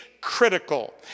critical